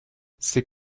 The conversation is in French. c’est